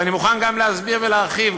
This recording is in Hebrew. ואני מוכן גם להסביר ולהרחיב.